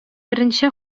беренче